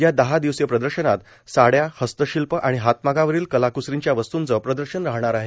या दहा दिवसीय प्रदर्शनात साड्या हस्तशिल्प आणि हातमागावरील कलाकुसरीच्या वस्तूंचे प्रदर्शन राहणार आहे